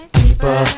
deeper